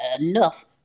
enough